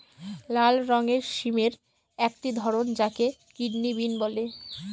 লাল রঙের সিমের একটি ধরন যাকে কিডনি বিন বলে